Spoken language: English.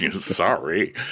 sorry